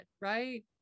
right